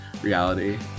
reality